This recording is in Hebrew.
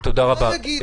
תודה רבה.